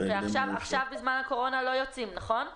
עכשיו בזמן הקורונה לא יוצאים, נכון?